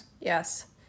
Yes